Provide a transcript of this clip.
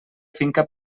finca